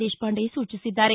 ದೇಶಪಾಂಡೆ ಸೂಚಿಸಿದ್ದಾರೆ